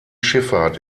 schifffahrt